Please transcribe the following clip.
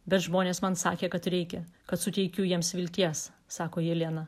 bet žmonės man sakė kad reikia kad suteikiu jiems vilties sako jelena